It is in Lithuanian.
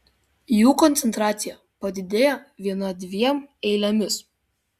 jų koncentracija padidėja viena dviem eilėmis